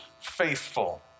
faithful